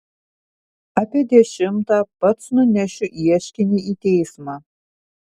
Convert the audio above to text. apie dešimtą pats nunešiu ieškinį į teismą